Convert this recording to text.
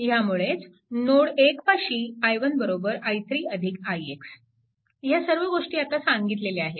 ह्यामुळेच node 1 पाशी i1 i3 ix ह्या सर्व गोष्टी आता सांगितल्या आहेत